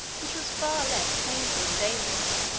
which was far less painful and dangerous